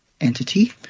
entity